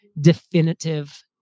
definitive